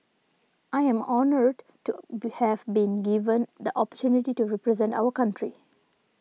I am honoured to have been given the opportunity to represent our country